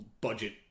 budget